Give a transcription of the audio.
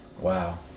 Wow